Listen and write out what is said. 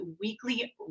weekly